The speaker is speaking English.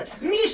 Miss